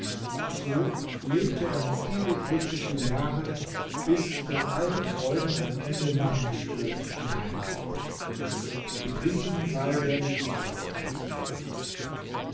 so lebte er nun viele glückliche jahre bis der allen freuden ein ende machende tod ihn heimsuchte gepriesen sei der